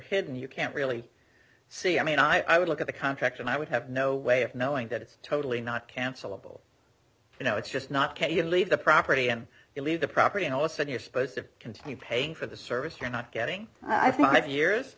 hidden you can't really see i mean i would look at the contract and i would have no way of knowing that it's totally not cancellable you know it's just not kate leave the property and leave the property and also you're supposed to continue paying for the service you're not getting i five years